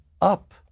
up